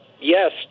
Yes